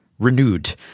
renewed